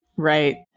Right